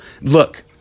Look